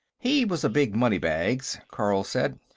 he was a big moneybags, carl said.